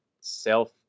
self